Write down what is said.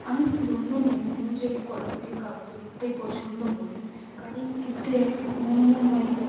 আমি পুরনো নিয়ম অনুযায়ী কলম দিয়ে কাগজে লিখতেই পছন্দ করি কারণ এতে আমার মনে হয়